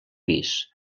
pis